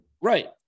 Right